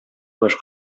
баш